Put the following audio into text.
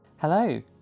Hello